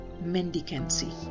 mendicancy